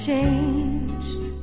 changed